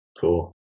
cool